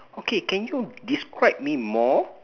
okay can you describe me more